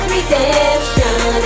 Redemption